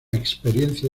experiencia